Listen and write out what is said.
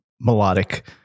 melodic